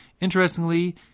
Interestingly